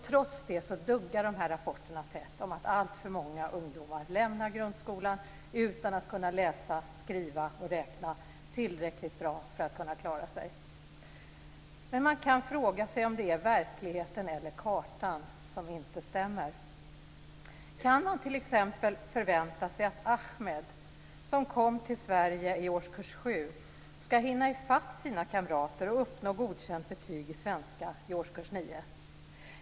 Trots det duggar rapporterna tätt om att alltför många elever lämnar grundskolan utan att kunna läsa, skriva och räkna tillräckligt bra för att klara sig. Man kan fråga sig om det är verkligheten eller kartan som inte stämmer. Kan man t.ex. förvänta sig att Ahmed, som kom till Sverige i årskurs 7, ska hinna i fatt sina kamrater och uppnå godkänt betyg i svenska i årskurs 9?